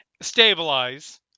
Stabilize